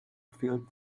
field